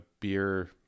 beer